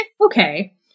Okay